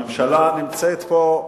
הממשלה נמצאת פה,